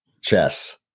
chess